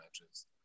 matches